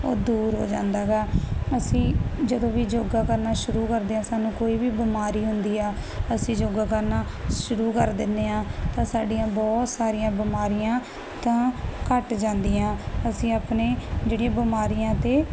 ਉਹ ਦੂਰ ਹੋ ਜਾਂਦਾ ਗਾ ਅਸੀਂ ਜਦੋਂ ਵੀ ਯੋਗਾ ਕਰਨਾ ਸ਼ੁਰੂ ਕਰਦੇ ਆਂ ਸਾਨੂੰ ਕੋਈ ਵੀ ਬਿਮਾਰੀ ਹੁੰਦੀ ਆ ਅਸੀਂ ਯੋਗਾ ਕਰਨਾ ਸ਼ੁਰੂ ਕਰ ਦਿੰਦੇ ਆਂ ਤਾਂ ਸਾਡੀਆਂ ਬਹੁਤ ਸਾਰੀਆਂ ਬਿਮਾਰੀਆਂ ਤਾਂ ਘੱਟ ਜਾਂਦੀਆਂ ਅਸੀਂ ਆਪਣੇ ਜਿਹੜੀਆਂ ਬਿਮਾਰੀਆਂ ਤੇ